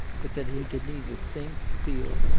but that he can neither think, feel,